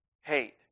hate